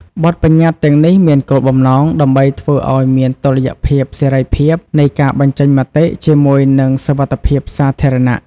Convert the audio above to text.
បទប្បញ្ញត្តិទាំងនេះមានគោលបំណងធ្វើឱ្យមានតុល្យភាពសេរីភាពនៃការបញ្ចេញមតិជាមួយនឹងសុវត្ថិភាពសាធារណៈ។